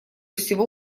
всего